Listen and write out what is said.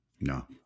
No